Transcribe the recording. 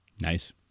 Nice